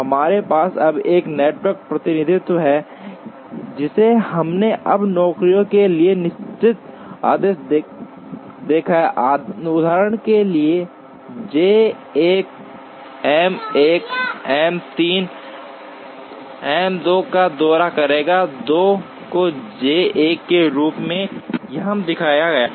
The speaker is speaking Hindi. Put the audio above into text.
हमारे पास अब एक नेटवर्क प्रतिनिधित्व भी है जिसे हमने अब नौकरियों के लिए निश्चित आदेश देखा है उदाहरण के लिए जे 1 एम 1 एम 3 एम 2 का दौरा करेगा 2 को जे 1 के रूप में यहां दिखाया गया है